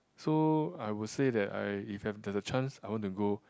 so I would say that I if I there's a chance I want to go